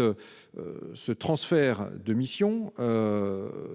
réorganisation